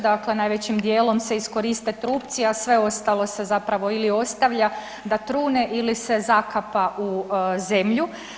Dakle, najvećim dijelom se iskoriste trupci, a sve ostalo se zapravo ili ostavlja da trune ili se zakapa u zemlju.